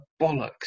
bollocks